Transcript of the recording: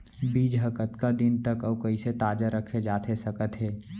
बीज ह कतका दिन तक अऊ कइसे ताजा रखे जाथे सकत हे?